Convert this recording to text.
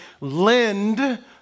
lend